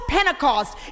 Pentecost